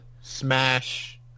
Smash